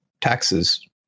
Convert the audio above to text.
taxes